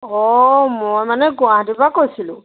অঁ মই মানে গুৱাহাটীৰ পৰা কৈছিলোঁ